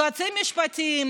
יועצים משפטיים,